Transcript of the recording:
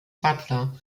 butler